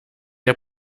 der